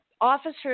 officers